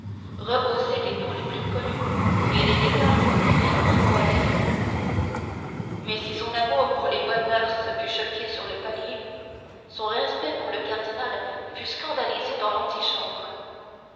rehaussées des noms les plus connus et des détails les moins voilés mais si son amour pour les bonnes moeurs fut choqué sur le palier son respect pour le cardinal fut scandalisé dans l'antichambre